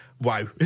wow